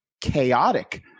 chaotic